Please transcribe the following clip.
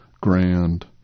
Grand